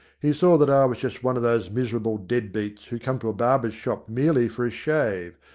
he saw that i was just one of those miserable dead-beats who come to a barber shop merely for a shave,